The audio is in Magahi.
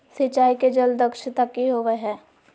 सिंचाई के जल दक्षता कि होवय हैय?